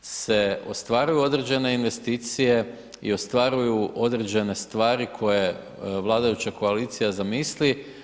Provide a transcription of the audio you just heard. se ostvaruju određene investicije i ostvaruju određene stvari koje vladajuća koalicija zamisli.